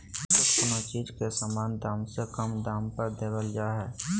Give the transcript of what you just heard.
छूट कोनो चीज के सामान्य दाम से कम दाम पर देवल जा हइ